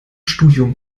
studium